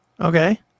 Okay